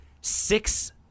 six